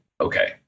Okay